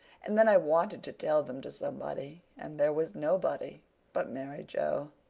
and then i wanted to tell them to somebody and there was nobody but mary joe.